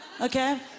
Okay